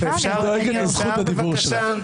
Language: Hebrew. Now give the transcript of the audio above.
היא דואגת לזכות הדיבור שלך.